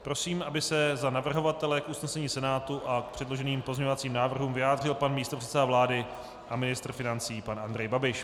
Prosím, aby se za navrhovatele k usnesení Senátu a předloženým pozměňovacím návrhům vyjádřil pan místopředseda vlády a ministr financí Andrej Babiš.